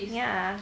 ya